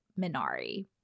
Minari